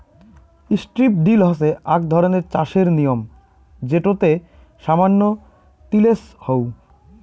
strip drill হসে আক ধরণের চাষের নিয়ম যেটোতে সামান্য তিলেজ হউ